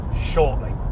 shortly